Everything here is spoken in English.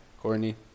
Courtney